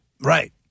Right